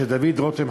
שדוד רותם,